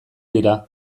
dira